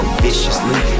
viciously